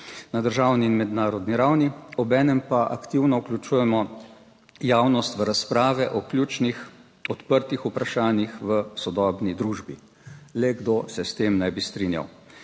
na državni in mednarodni ravni, obenem pa aktivno vključujemo javnost v razprave o ključnih odprtih vprašanjih v sodobni družbi. Le kdo se s tem ne bi strinjal?